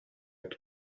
как